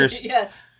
Yes